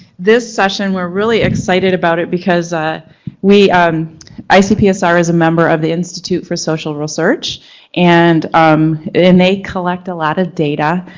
this session, we're really excited about it because ah um icpsr is a member of the institute for social research and um and they collect a lot of data.